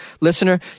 listener